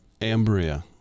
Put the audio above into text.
Ambria